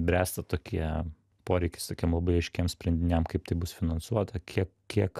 bręsta tokie poreikis tokiem labai aiškiem sprendiniam kaip tai bus finansuota kiek kiek